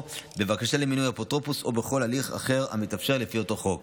בבקשה למינוי אפוטרופוס ובכל הליך אחר המתאפשר לפי אותו חוק.